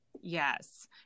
yes